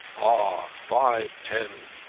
ah! five, ten,